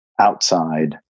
outside